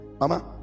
Mama